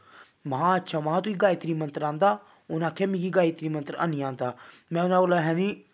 महां अच्छा महां तुगी गायत्री मन्तर आंदा उन्नै आखेआ मिगी गायत्री मन्तर ऐनी आंदा में नोहाड़े कोला हैनी